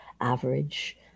average